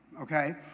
okay